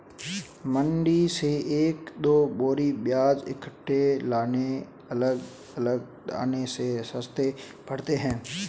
मंडी से एक दो बोरी प्याज इकट्ठे लाने अलग अलग लाने से सस्ते पड़ते हैं